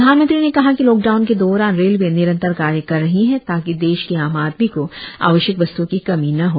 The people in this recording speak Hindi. प्रधानमंत्री ने कहा कि लॉकडाउन के दौरान रेलवे निरंतर कार्य कर रही है ताकि देश के आम आदमी को आवश्यक वस्त्ओं की कमी न हो